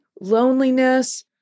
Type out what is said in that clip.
Loneliness